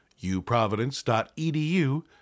uprovidence.edu